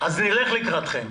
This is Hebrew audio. נלך לקראתכם.